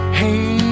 hey